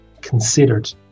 considered